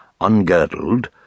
ungirdled